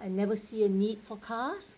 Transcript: I never see a need for cars